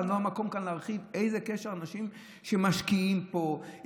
ולא המקום כאן להרחיב איזה קשר יש לאנשים שמשקיעים פה,